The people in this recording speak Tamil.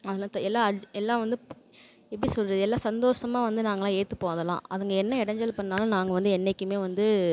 அதில் எல்லாம் எல்லாம் வந்து எப்படி சொல்கிறது எல்லாம் சந்தோஷமாக வந்து நாங்கள்லாம் ஏற்றுப்போம் அதெல்லாம் அதுங்க என்ன இடஞ்சல் பண்ணாலும் நாங்கள் வந்து என்றைக்குமே வந்து